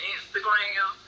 Instagram